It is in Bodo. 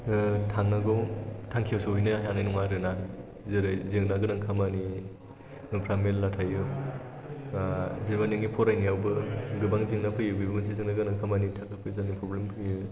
थांनांगौ थांखियाव सहैनो हानाय नङा आरोना जेरै जोंना गोदान खामानिफोरा मेल्ला थायो जेबो नोंनि फरायनायावबो गोबां जेंना फैयो बेबो मोनसे जानो गोनां खामानिनि थाखाय फैसानि प्रब्लेम फैयो